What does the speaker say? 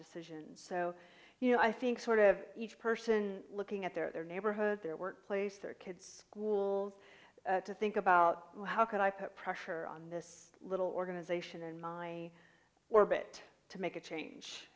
decisions so you know i think sort of each person looking at their neighborhood their workplace their kids schools to think about how could i put pressure on this little organization in my orbit to make a change